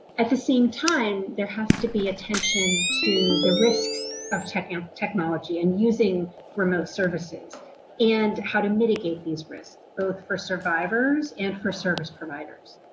at the same time, there has to be attention to the risks of um technology and using remote services and how to mitigate these risks, both for survivors and for service providers.